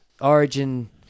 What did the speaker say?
Origin